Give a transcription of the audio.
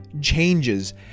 changes